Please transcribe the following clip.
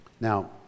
Now